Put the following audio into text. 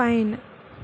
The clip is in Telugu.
పైన్